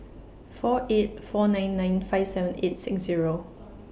four eight four nine nine five seven eight six Zero